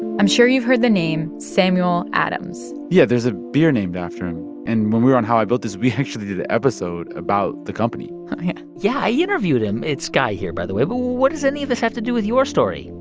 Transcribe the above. i'm sure you've heard the name samuel adams yeah, there's a beer named after and when we were on how i built this, we actually did the episode about the company yeah yeah, i interviewed him. it's guy here, by the way. but what does any of this have to do with your story?